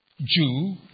Jew